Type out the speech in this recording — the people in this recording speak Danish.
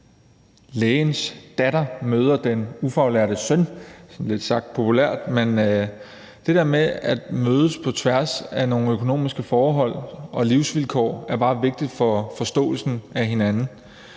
lægens datter møder den ufaglærtes søn, sådan sagt lidt populært. Det der med at mødes på tværs af nogle økonomiske forhold og livsvilkår er bare vigtigt for forståelsen af hinanden.